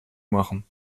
machen